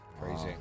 Crazy